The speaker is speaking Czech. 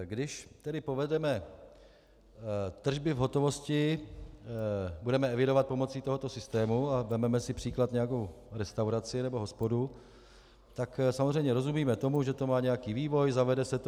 Když tedy povedeme tržby v hotovosti, budeme je evidovat pomocí tohoto systému a vezmeme si za příklad nějakou restauraci nebo hospodu, tak samozřejmě rozumíme tomu, že to má nějaký vývoj, zavede se to.